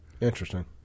Interesting